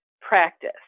Practice